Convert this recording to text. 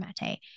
Mate